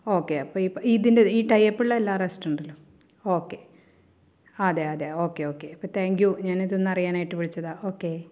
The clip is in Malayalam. ഓക്കെ അപ്പോൾ ഈ ഇതിൻ്റെ ഈ ടൈ ഒപ്പ് ഉള്ള എല്ലാ റെസ്റ്റോറൻറ്റിലും ഓക്കെ അതെ അതെ ഓക്കെ ഓക്കെ അപ്പോൾ താങ്ക് യു ഞാനിതൊന്ന് അറിയാനായിട്ട് വിളിച്ചതാണ് ഓക്കെ